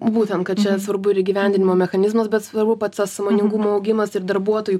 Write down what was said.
būtent kad čia svarbu ir įgyvendinimo mechanizmas bet svarbu pats tas sąmoningumo augimas ir darbuotojų